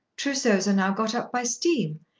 trousseaus are now got up by steam,